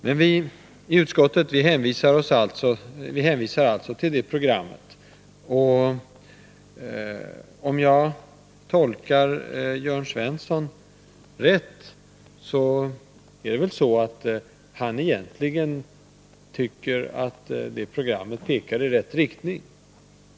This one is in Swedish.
Men vi i utskottet hänvisar alltså till det programmet, och om jag tolkar Jörn Svensson riktigt, är det väl så att han egentligen tycker att programmet pekar i rätt riktning.